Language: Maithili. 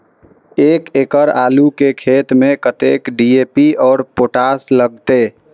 एक एकड़ आलू के खेत में कतेक डी.ए.पी और पोटाश लागते?